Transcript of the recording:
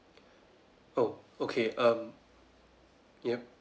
oh okay um yup